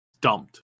dumped